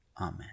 Amen